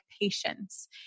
patience